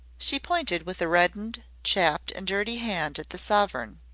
she pointed with a reddened, chapped, and dirty hand at the sovereign.